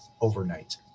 overnight